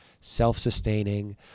Self-sustaining